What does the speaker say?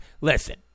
Listen